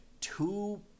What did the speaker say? two